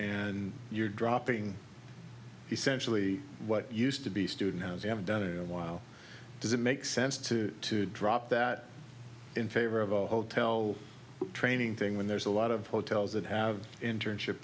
and you're dropping essentially what used to be student housing have done a while does it make sense to to drop that in favor of a hotel training thing when there's a lot of hotels that have internship